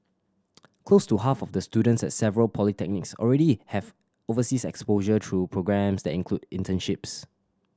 close to half of the students at several polytechnics already have overseas exposure through programmes that include internships